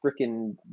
freaking